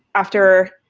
after,